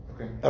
Okay